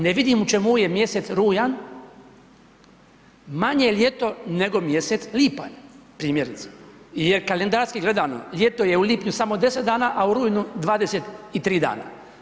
Ne vidim u čemu je mjesec rujan manje ljeto nego mjesec lipanj, primjerice, jer kalendarski gledano, ljeto je u lipnju samo 10 dana, a u rujnu 23 dana.